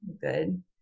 Good